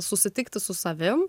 susitikti su savim